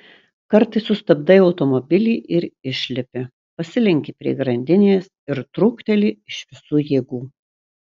kartais sustabdai automobilį ir išlipi pasilenki prie grandinės ir trūkteli iš visų jėgų